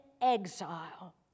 exile